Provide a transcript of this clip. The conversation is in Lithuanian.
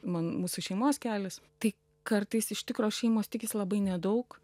man mūsų šeimos kelias tai kartais iš tikro šeimos tikisi labai nedaug